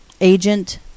Agent